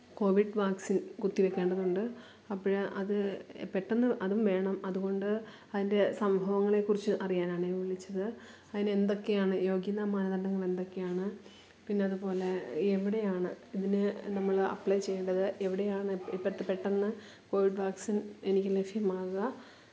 Covid vaccine കുത്തി വെക്കേണ്ടതുണ്ട് അപ്പഴ് അത് പെട്ടെന്ന് അതും വേണം അതുകൊണ്ട് അതിന്റെ സംഭവങ്ങളേക്കുറിച്ച് അറിയാനാണ് വിളിച്ചത് അതിന് എന്തൊക്കെയാണ് യോഗ്യതാമാനദണ്ഡങ്ങളെന്തെക്കെയാണ് പിന്നെ അതുപോലെ എവിടെയാണ് ഇതിന് നമ്മള് അപ്ലേ ചെയ്യേണ്ടത് എവിടെയാണ് ഇപ് ഇപ്പത്തെ പെട്ടെന്ന് കോവാക്സിന് എനിക്ക് ലഭ്യമാകുക